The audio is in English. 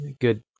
good